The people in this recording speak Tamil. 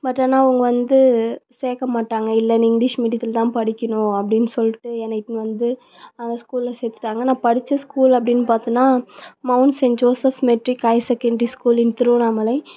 பட் ஆனால் அவங்க வந்து சேர்க்க மாட்டாங்க இல்லை நீ இங்க்லீஷ் மீடியத்தில் தான் படிக்கணும் அப்டின்னு சொல்லிட்டு என்னை இட்டுனு வந்து அந்த ஸ்கூலில் சேர்த்துட்டாங்க நான் படித்த ஸ்கூல் அப்படின்னு பார்த்தனா mount saint Joseph matric higher secondary school in Tiruvannamalai